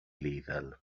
lethal